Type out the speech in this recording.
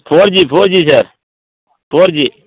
four G four G sir four G